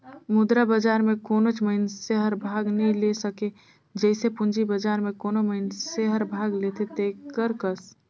मुद्रा बजार में कोनोच मइनसे हर भाग नी ले सके जइसे पूंजी बजार में कोनो मइनसे हर भाग लेथे तेकर कस